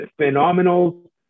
phenomenal